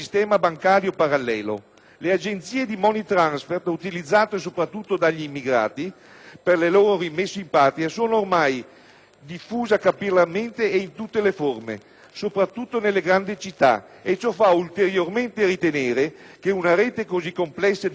diffuse capillarmente e in tutte le loro forme, soprattutto nelle grandi città, e ciò fa ulteriormente ritenere che una rete così complessa di agenzie specializzate nel trasferimento di denaro non risponda soltanto alla esigenze degli immigrati, ma piuttosto che funzioni come